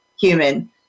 human